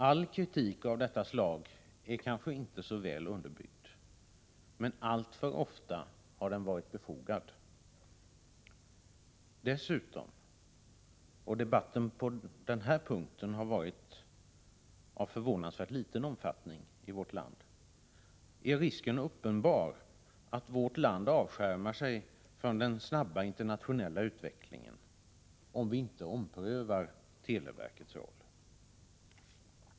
All kritik av detta slag är kanske inte så väl underbyggd, men alltför ofta har kritiken varit befogad. Dessutom — och debatten på denna punkt har varit av förvånansvärt liten omfattning i vårt land — är risken uppenbar att vårt land avskärmar sig från den snabba internationella utvecklingen om vi inte omprövar televerkets roll.